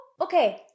Okay